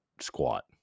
squat